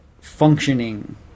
functioning